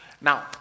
Now